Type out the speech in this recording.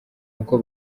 uko